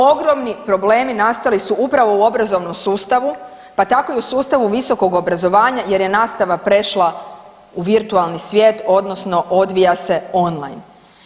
Ogromni problemi nastali su upravo u obrazovnom sustavu, pa tako i u sustavu visokog obrazovanja jer je nastava prešla u virtualni svijet odnosno odvija se on-line.